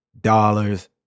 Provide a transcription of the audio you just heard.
dollars